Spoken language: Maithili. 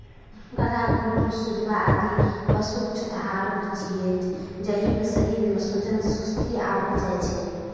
गलाघोटूं, सुजवा, आदि पशुक छूतहा रोग छियै, जाहि मे शरीर मे सूजन, सुस्ती आबि जाइ छै